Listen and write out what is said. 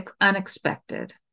unexpected